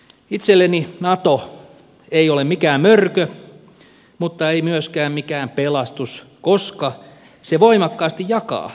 itselleni nato ei ole mikään mörkö mutta ei myöskään mikään pelastus koska se voimakkaasti jakaa kansaa